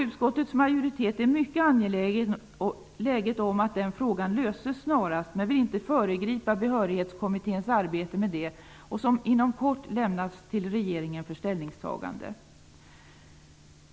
Utskottets majoritet är mycket angelägen om att den frågan löses snarast men vill inte föregripa Behörighetskommitténs arbete, som inom kort överlämnas till regeringen för ställningstagande.